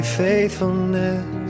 faithfulness